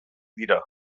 dira